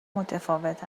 متفاوت